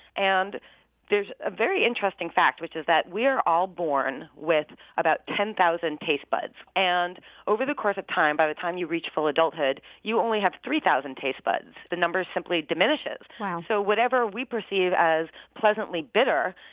and there's a very interesting fact which is that we are all born with about ten thousand taste buds. and over the course of time, by the time you reach full adulthood, you only have three thousand taste buds. the number simply diminishes. so whatever we perceive as pleasantly bitter,